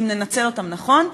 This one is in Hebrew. אם ננצל אותם נכון,